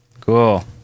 Cool